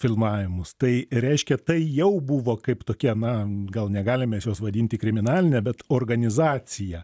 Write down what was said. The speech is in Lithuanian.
filmavimus tai reiškia tai jau buvo kaip tokie na gal negalim juos vadinti kriminaline bet organizacija